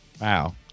Wow